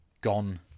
gone